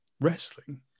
wrestling